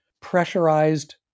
pressurized